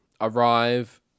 arrive